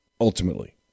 Ultimately